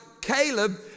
Caleb